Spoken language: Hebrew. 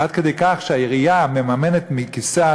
עד כדי כך שהעירייה מממנת מכיסה,